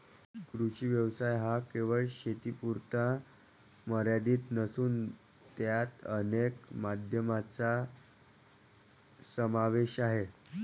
कृषी व्यवसाय हा केवळ शेतीपुरता मर्यादित नसून त्यात अनेक माध्यमांचा समावेश आहे